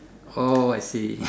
oh I see